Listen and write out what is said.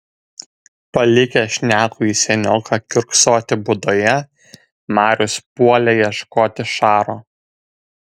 palikęs šnekųjį senioką kiurksoti būdoje marius puolė ieškoti šaro